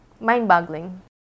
mind-boggling